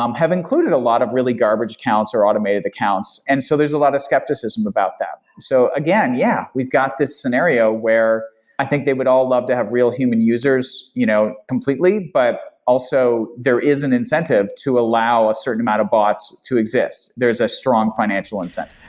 um have included a lot of really garbage accounts or automated accounts. and so there's a lot of skepticism about them. so again, yeah, we've got the scenario where i think they would all love to have real human users you know completely, but also there is an incentive to allow a certain amount of bots to exist. there is a strong financial incentive.